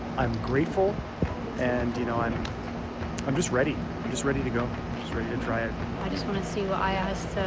i'm grateful and you know, i'm i'm just ready just ready to go. just ready to try it i just want to see what i asked.